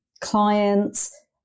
clients